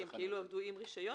כי הם עבדו עם רשיון